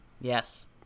Yes